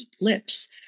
lips